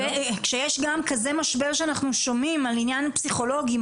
גם כשיש כזה משבר שאנחנו שומעים על עניין הפסיכולוגים,